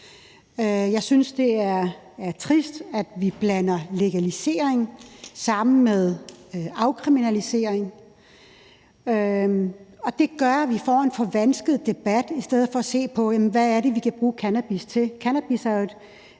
Jeg synes, det er trist, at vi blander legalisering sammen med afkriminalisering, og det gør, at vi får en forvansket debat i stedet for at se på, hvad det er, vi kan bruge cannabis til. Cannabis er jo et